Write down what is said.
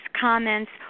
comments